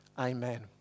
Amen